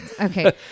Okay